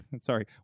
Sorry